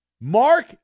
Mark